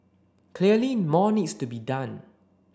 clearly more needs to be done